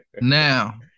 Now